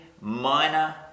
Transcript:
minor